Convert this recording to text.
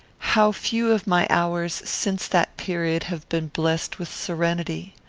how few of my hours since that period have been blessed with serenity!